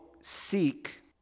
seek